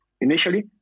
initially